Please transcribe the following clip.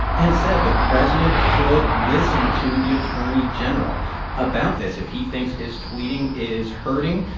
and said the president should listen to the attorney general about this. if he thinks his tweeting is hurting,